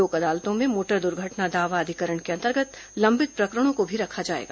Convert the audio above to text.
लोक अदालतों में मोटर दुर्घटना दावा अधिकरण के अंतर्गत लंबित प्रकरणों को भी रखा जाएगा